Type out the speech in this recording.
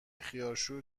خیارشور